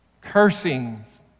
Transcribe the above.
cursings